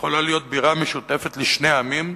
יכולה להיות בירה משותפת לשני עמים,